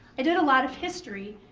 i did a lot of history